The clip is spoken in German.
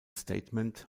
statement